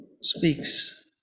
speaks